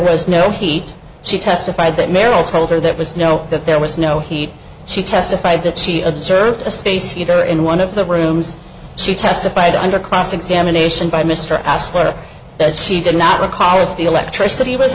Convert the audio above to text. was no heat she testified that merrill told her that was no that there was no heat she testified that she observed a space heater in one of the rooms she testified under cross examination by mr astley that she did not recall if the electricity was